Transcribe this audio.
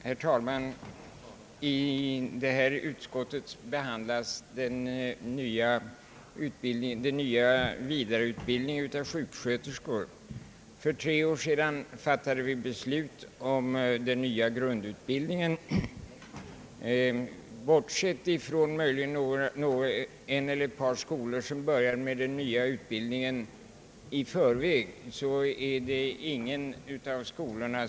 Herr talman! I föreliggande utlåtande behandlas vidareutbildningen av sjuksköterskor. För tre år sedan fattade vi beslut om den nya grundutbildningen. Bortsett från möjligen en eller ett par skolor som börjåde-med.den nya utbildningen i förväg har grundutbildningen ännu inte.